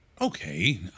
Okay